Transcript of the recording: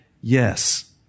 yes